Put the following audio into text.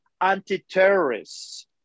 anti-terrorists